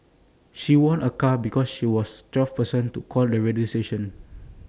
she won A car because she was twelfth person to call the radio station